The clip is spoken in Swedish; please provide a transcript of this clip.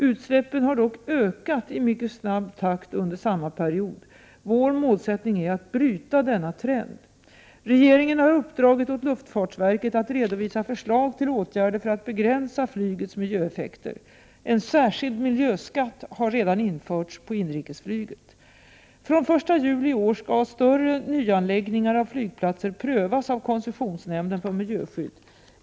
Utsläppen har dock ökat i mycket snabb takt under samma period. Vår målsättning är att bryta denna trend. Regeringen har uppdragit åt luftfartsverket att redovisa förslag till åtgärder för att begränsa flygets miljöeffekter. En särskild miljöskatt har redan införts på inrikesflyget. Från 1 juli i år skall större nyanläggningar av flygplatser prövas av koncessionsnämnden för miljöskydd.